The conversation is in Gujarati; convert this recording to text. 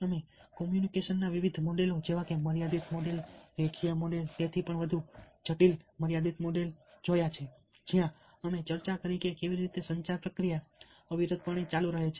અમે કોમ્યુનિકેશનના વિવિધ મોડલ જેવા કે મર્યાદિત મોડલ રેખીય મોડલ પણ વધુ જટિલ મર્યાદિત મોડલ જોયા જ્યાં અમે ચર્ચા કરી કે કેવી રીતે સંચાર પ્રક્રિયા અવિરતપણે ચાલુ રહે છે